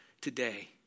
today